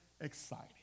exciting